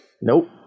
Nope